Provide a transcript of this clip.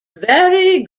very